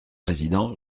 président